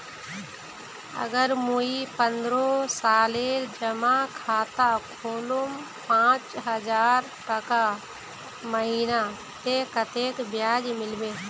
अगर मुई पन्द्रोह सालेर जमा खाता खोलूम पाँच हजारटका महीना ते कतेक ब्याज मिलबे?